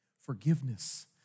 Forgiveness